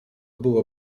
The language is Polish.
było